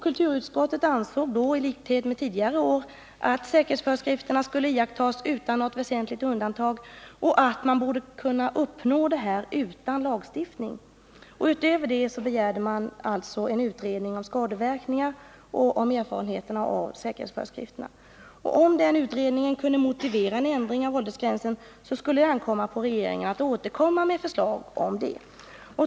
Kulturutskottet ansåg då i likhet med tidigare år att säkerhetsföreskrifterna skulle iakttas utan något väsentligt undantag och att man borde kunna uppnå detta utan lagstiftning. Utöver det begärde man en utredning om skadeverkningar och om erfarenheterna av säkerhetsföreskrifterna. Om den utredningen kunde motivera en ändring av åldersgränsen, skulle det ankomma på regeringen att återkomma med förslag om det.